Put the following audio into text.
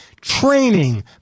training